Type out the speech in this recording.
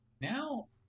Now